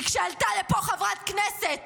כי כשעלתה לפה חברת כנסת